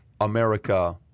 America